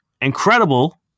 incredible